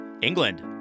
england